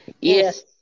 Yes